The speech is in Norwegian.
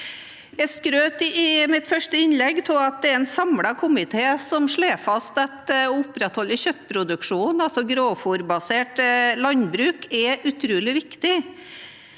Jeg skrøt i mitt første innlegg av at det er en samlet komité som slår fast at å opprettholde kjøttproduksjonen, altså grovfôrbasert landbruk, er utrolig viktig.